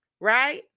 Right